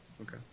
Okay